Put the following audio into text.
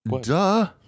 Duh